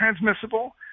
transmissible